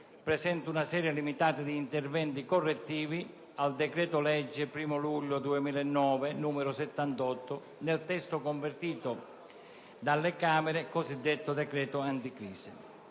presenta una serie limitata di interventi correttivi al decreto-legge 1° luglio 2009, n. 78, nel testo convertito dalle Camere, il cosiddetto decreto anticrisi.